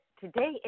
today